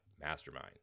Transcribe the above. mastermind